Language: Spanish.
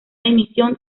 dimisión